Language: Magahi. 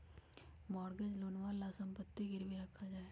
मॉर्गेज लोनवा ला सम्पत्ति गिरवी रखल जाहई